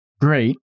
great